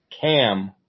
Cam